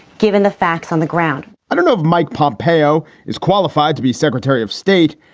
given the facts on the ground i don't know if mike pompeo is qualified to be secretary of state,